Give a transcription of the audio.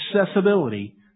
accessibility